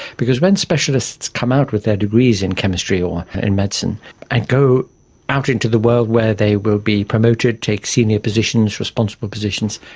because when specialists come out with their degrees in chemistry or in medicine and go out into the world where they will be promoted, take senior positions, responsible positions,